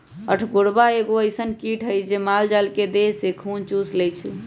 अठगोरबा एगो अइसन किट हइ जे माल जाल के देह से खुन चुस लेइ छइ